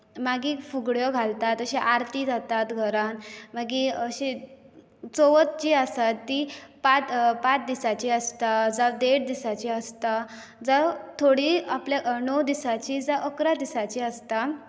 मागीर फुगड्यो घालतात जश्यो आरती जाता घरांत मागीर अशी चवथ जी आसा ती पांच दिसांची आसता जावं देड दिसांची आसता जावं थोडी आपल्या णव दिसांची जावं अकरा दिसांंची आसता